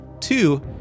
Two